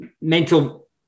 mental